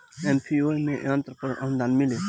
FPO में यंत्र पर आनुदान मिँली?